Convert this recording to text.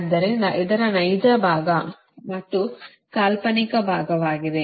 ಆದ್ದರಿಂದ ಇದರ ನೈಜ ಭಾಗ ಮತ್ತು ಕಾಲ್ಪನಿಕ ಭಾಗವಾಗಿದೆ